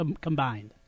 combined